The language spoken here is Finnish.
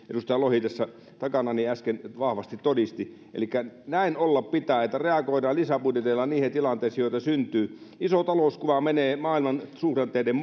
edustaja lohi tässä takanani äsken vahvasti todisti elikkä näin olla pitää että reagoidaan lisäbudjetilla niihin tilanteisiin joita syntyy iso talouskuva menee maailman suhdanteiden